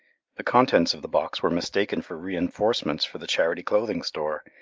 the contents of the box were mistaken for reinforcements for the charity clothing store,